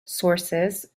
sources